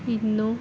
ಇನ್ನೂ